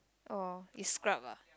orh you scrub ah